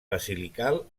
basilical